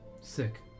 Sick